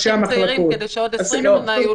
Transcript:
אבל אנחנו רוצים אנשים צעירים כדי שבעוד 20 שנה יהיו